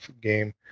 game